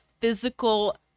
physical